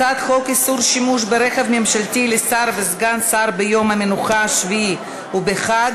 הצעת חוק איסור שימוש ברכב ממשלתי לשר וסגן שר ביום המנוחה השבועי ובחג,